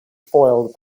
foiled